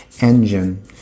engine